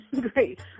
Great